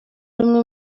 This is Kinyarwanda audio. bamwe